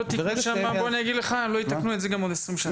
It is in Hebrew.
לא יתקנו את זה גם בעוד 20 שנים.